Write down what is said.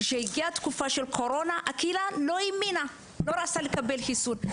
כשהגיע תקופת הקורונה הקהילה לא האמינה ולא רצתה לקבל חיסונים.